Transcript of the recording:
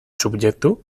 subjektu